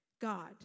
God